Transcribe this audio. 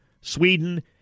Sweden